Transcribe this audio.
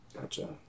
Gotcha